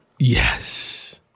Yes